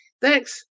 Thanks